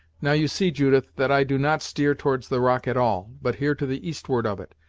now you see, judith, that i do not steer towards the rock at all, but here to the eastward of it,